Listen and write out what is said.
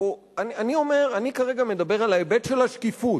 אני כרגע מדבר על ההיבט של השקיפות.